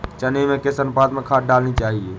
चने में किस अनुपात में खाद डालनी चाहिए?